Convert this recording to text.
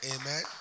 Amen